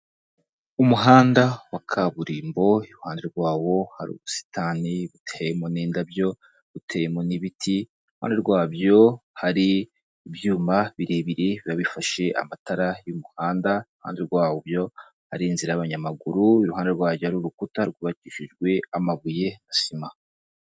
Umuhanda wa kaburimbo, iruhande rwawo hari ubusitani buteyemo n'indabyo buteyemo n'ibiti, iruhande rwabyo hari ibyuma birebire biba bifashe amatara y'umuhanda, iruhande rwabyo hari inzira y'abanyamaguru, iruhande rwayo hari urukuta rwubakishijwe amabuye na sima.